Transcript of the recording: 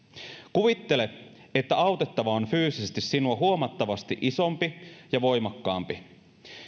kuvittele että autettava on fyysisesti sinua huomattavasti isompi ja voimakkaampi